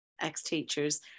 ex-teachers